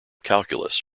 calculus